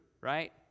right